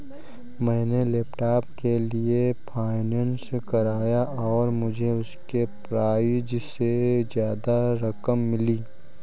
मैंने लैपटॉप के लिए फाइनेंस कराया और मुझे उसके प्राइज से ज्यादा रकम मिली